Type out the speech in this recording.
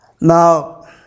now